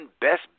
Best